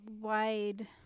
wide